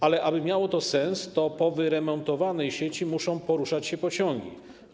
Ale aby miało to sens, to po wyremontowanej sieci muszą poruszać się pociągi.